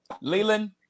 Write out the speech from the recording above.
Leland